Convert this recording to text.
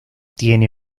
tiene